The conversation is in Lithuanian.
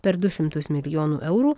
per du šimtus milijonų eurų